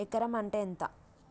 ఎకరం అంటే ఎంత?